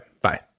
Bye